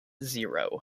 zero